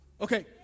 Okay